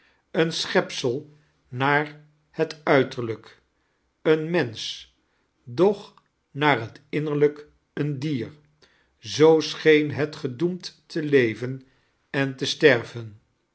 een schepsel naar het uiterlijk een mensch doch naar het innerlijk een dier zoo scheen het gedoemd te leven en te sterven